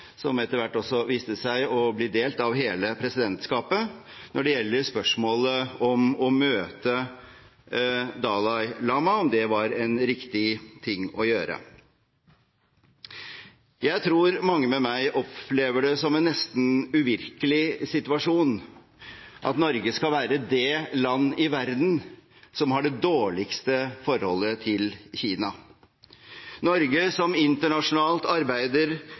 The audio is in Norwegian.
som etter hvert også viste seg å bli delt av hele presidentskapet, når det gjelder spørsmålet om det var riktig å møte Dalai Lama. Jeg tror mange med meg opplever det som en nesten uvirkelig situasjon at Norge skal være det land i verden som har det dårligste forholdet til Kina, Norge som internasjonalt arbeider